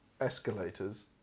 escalators